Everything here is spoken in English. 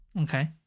Okay